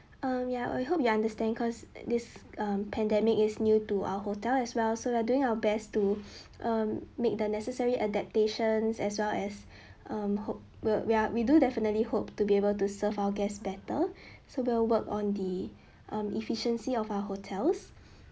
um ya we hope you understand cause this um pandemic is new to our hotel as well so we are doing our best to um make the necessary adaptations as well as um hope will we are we do definitely hope to be able to serve our guest better so will work on the um efficiency of our hotels